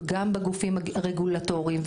גם בגופים הרגולטוריים,